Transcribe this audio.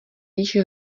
již